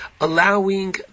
allowing